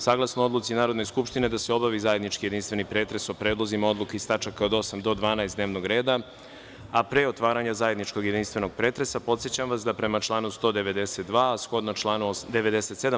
Saglasno odluci Narodne skupštine da se obavi zajednički jedinstveni pretres o predlozima odluka iz tačaka od 8. do 12. dnevnog reda, a pre otvaranja zajedničkog jedinstvenog pretresa, podsećam vas da, prema članu 192, a shodno članu 97.